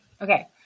Okay